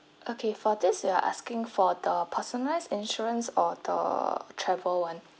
okay for this you are asking for the personalised insurance or the travel [one]